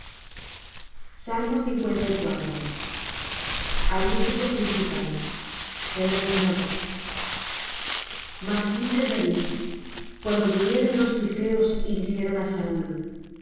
jacob y alegraráse israel al músico principal en neginoth masquil de david cuando vinieron los zipheos y dijeron á saúl